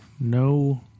No